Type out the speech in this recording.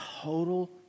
total